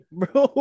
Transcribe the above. bro